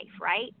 right